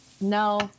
No